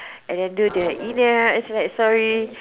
and then do the inner eye sorry